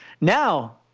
Now